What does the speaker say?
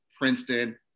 Princeton